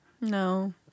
No